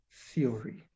theory